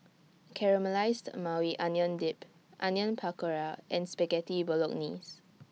Caramelized Maui Onion Dip Onion Pakora and Spaghetti Bolognese